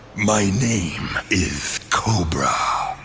my name is cobra.